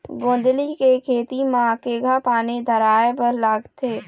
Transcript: गोंदली के खेती म केघा पानी धराए बर लागथे?